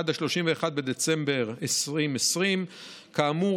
עד 31 בדצמבר 2020. כאמור,